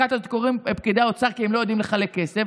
לכת הזאת קוראים "פקידי האוצר" כי הם לא יודעים לחלק כסף.